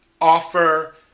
offer